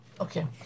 Okay